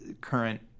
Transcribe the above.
current